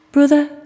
Brother